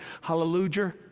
Hallelujah